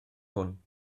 hwn